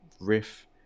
riff